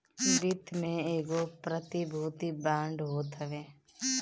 वित्त में एगो प्रतिभूति बांड होत हवे